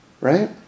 Right